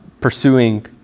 pursuing